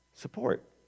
Support